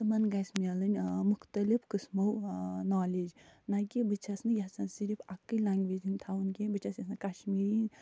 تِمن گَژھِ میلٕنۍ مختلف قٕسمو نالیج نَہ کہِ بہٕ چھَس نہٕ یَژھان صِرف اَکٕے لنٛگویج ہِنٛد تھاوُن کیٚنٛہہ بہٕ چھَس یَژھان کشمیٖری